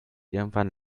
irgendwann